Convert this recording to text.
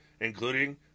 including